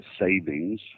savings